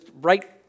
right